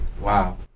Wow